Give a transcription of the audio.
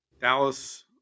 Dallas